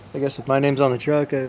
i guess if my names on the truck, ah